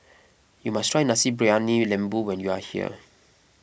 you must try Nasi Briyani Lembu when you are here